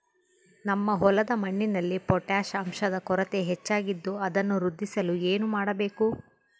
ನಮ್ಮ ಹೊಲದ ಮಣ್ಣಿನಲ್ಲಿ ಪೊಟ್ಯಾಷ್ ಅಂಶದ ಕೊರತೆ ಹೆಚ್ಚಾಗಿದ್ದು ಅದನ್ನು ವೃದ್ಧಿಸಲು ಏನು ಮಾಡಬೇಕು?